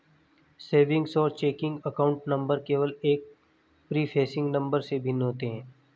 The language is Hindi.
सेविंग्स और चेकिंग अकाउंट नंबर केवल एक प्रीफेसिंग नंबर से भिन्न होते हैं